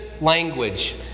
language